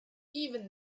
even